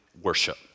worship